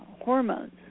hormones